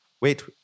Wait